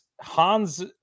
Hans